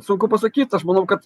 sunku pasakyt aš manau kad